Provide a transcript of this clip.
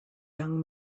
young